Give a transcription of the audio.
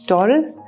Taurus